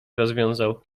rozwiązał